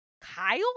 Kyle